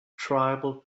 tribal